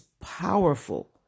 powerful